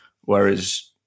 whereas